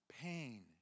Pain